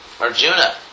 Arjuna